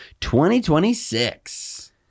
2026